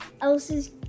else's